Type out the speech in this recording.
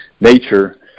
nature